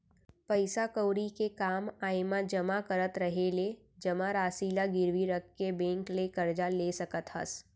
पइसा कउड़ी के काम आय म जमा करत रहें ले जमा रासि ल गिरवी रख के बेंक ले करजा ले सकत हस